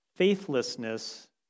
faithlessness